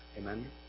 Amen